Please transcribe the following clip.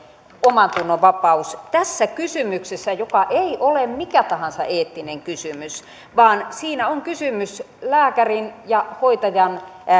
omantunnonvapaus tässä kysymyksessä joka ei ole mikä tahansa eettinen kysymys vaan siinä on kysymys lääkärin ja hoitajan